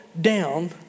down